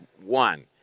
one